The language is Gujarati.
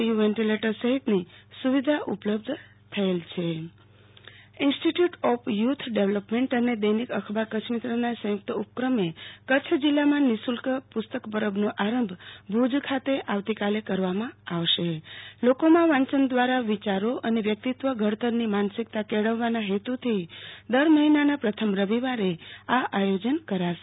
યુ વેન્ટીલેટર સહિતની સુવિધા ઉપલબ્ધ છે આરતી ભદ્દ પુ સ્તક પરબ ઈન્સ્ટિટ્યુટ ઓફ યુથ ડેવલપમેન્ટ અને દૈનિક અખબાર કચ્છમિત્રના સંયુક્ત ઉપક્રમે કચ્છ જિલ્લામાં નિશુલ્ક પુસ્ક પરબનો આરંભ ભુજ ખાતે આવતીકાલે કરવામાં આવશે લોકોમાં વાંચન દ્રારા વિયારો અને વ્યક્તિત્વ ઘડતરની માનસિકતા કેળવવાના હેતુ થી દર મહિનાના પ્રથમ રવિવારે આ આયોજન કરાશે